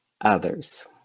others